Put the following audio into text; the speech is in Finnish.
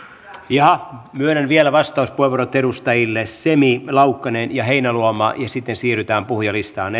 myönnän vielä vastauspuheenvuorot edustajille semi laukkanen ja heinäluoma ja sitten siirrytään puhujalistaan